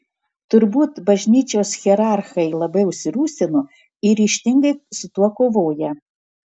turbūt bažnyčios hierarchai labai užsirūstino ir ryžtingai su tuo kovoja